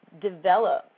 develop